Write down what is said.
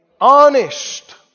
honest